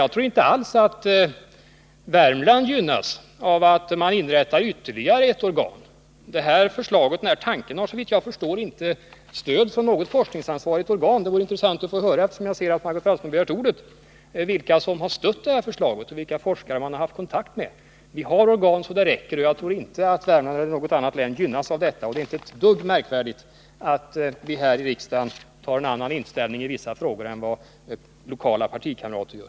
Jag tror inte alls att Värmland gynnas av att man inrättar ytterligare ett organ. Denna tanke har, såvitt jag förstår, inte stöd från något forskningsansvarigt organ. Jag ser att Margot Wallström begär ordet, och det vore intressant att få höra vilka det är som har stött det här förslaget och vilka forskare man har haft kontakt med. Vi har organ så det räcker, och jag tror inte att Värmlands län eller något annat län gynnas av detta förslag. Det är som sagt inte ett dugg märkvärdigt att vi här i riksdagen har en annan inställning i vissa frågor än vad lokala partikamrater har.